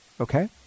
Okay